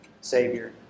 Savior